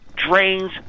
drains